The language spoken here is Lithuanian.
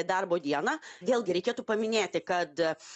darbo dieną vėlgi reikėtų paminėti kad